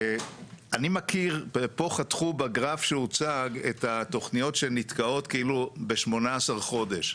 פה חתכו בגרף שהוצג את התוכניות שנתקעות כאילו ב-18 חודשים.